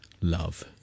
love